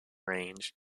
range